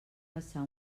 passar